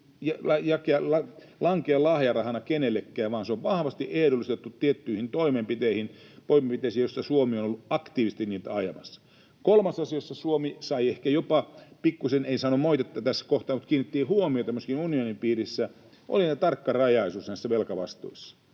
lankea lahjarahana kenellekään, vaan se on vahvasti ehdollistettu tiettyihin toimenpiteisiin, joita Suomi on ollut aktiivisesti ajamassa. Kolmas asia, jossa Suomi ei saanut moitetta, mutta jossa kiinnitettiin huomiota myöskin unionin piirissä, oli se tarkkarajaisuus näissä velkavastuissa.